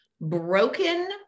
broken